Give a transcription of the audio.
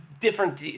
Different